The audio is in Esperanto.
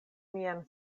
mian